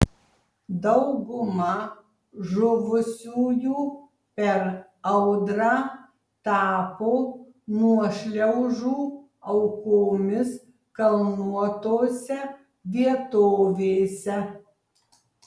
dauguma žuvusiųjų per audrą tapo nuošliaužų aukomis kalnuotose vietovėse